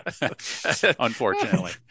unfortunately